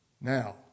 Now